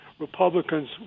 Republicans